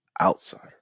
outsider